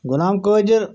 Ghulam Qadir